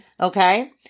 Okay